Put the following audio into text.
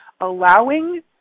allowing